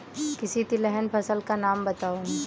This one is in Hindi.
किसी तिलहन फसल का नाम बताओ